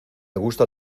gusta